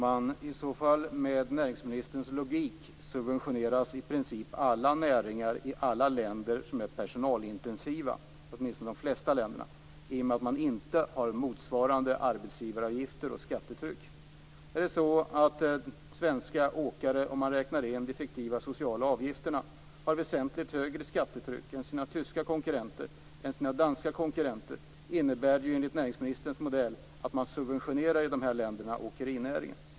Fru talman! Med näringsministerns logik subventioneras i princip alla näringar som är personalintensiva i de flesta länder i och med att man inte har motsvarande arbetsgivaravgifter och skattetryck. Om det är så att svenska åkare, om man räknar de fiktiva sociala avgifterna, har väsentligt högre skattetryck än sina tyska och danska konkurrenter innebär det ju enligt näringsministerns modell att man subventionerar åkerinäringen i de här länderna.